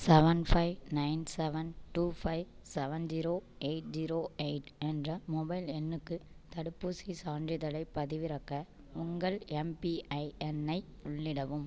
seven five nine seven two five seven zero eight zero eight என்ற mobile எண்ணுக்குத் தடுப்பூசி சான்றிதழைப் பதிவிறக்க உங்கள் எம்பிஐஎன் ஐ உள்ளிடவும்